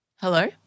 Hello